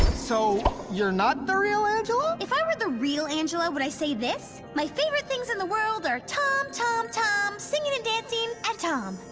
so you're not the real angela? if i were the real angela would i say this? my favorite things in the world are tom, tom, tom, singing, and dancing and ah tom.